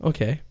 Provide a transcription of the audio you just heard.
Okay